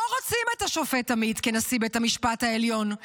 לא רוצים את השופט עמית כנשיא בית המשפט העליון,